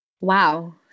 Wow